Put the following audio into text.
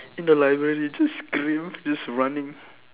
in the library just scream just running